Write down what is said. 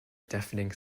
deafening